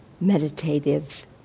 meditative